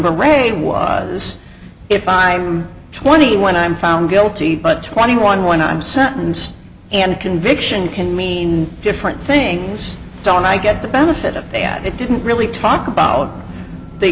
re was if i'm twenty one i'm found guilty but twenty one when i'm sentence and conviction can mean different things don't i get the benefit of yet it didn't really talk about the